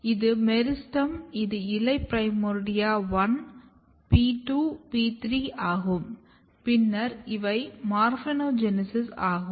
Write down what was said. இது மெரிஸ்டெம் இது இலை பிரைமோர்டியா 1 P2 P3 ஆகும் பின்னர் இவை மார்போஜெனீசிஸ் ஆகும்